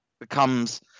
becomes